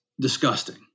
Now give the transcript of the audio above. disgusting